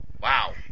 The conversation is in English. Wow